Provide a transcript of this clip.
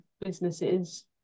businesses